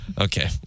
Okay